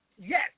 Yes